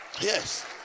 Yes